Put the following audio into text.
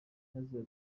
yagize